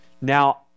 Now